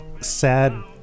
sad